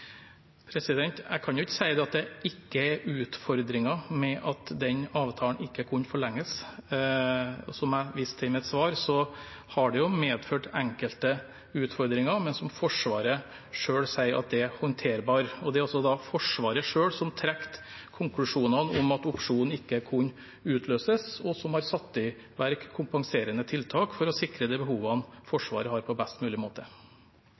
Jeg kan jo ikke si at det ikke er utfordringer med at den avtalen ikke kunne forlenges. Som jeg viste til i mitt svar, har det medført enkelte utfordringer, men som Forsvaret selv sier er håndterbare. Det er også Forsvaret selv som trakk konklusjonen om at opsjonen ikke kunne utløses, og som har satt i verk kompenserende tiltak for å sikre de behovene Forsvaret har, på best mulig måte.